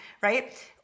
right